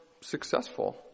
successful